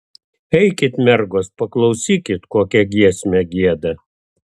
eikit mergos paklausykit kokią giesmę gieda